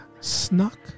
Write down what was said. snuck